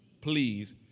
please